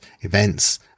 events